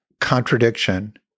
contradiction